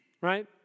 right